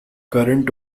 current